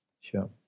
Sure